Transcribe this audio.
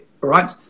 right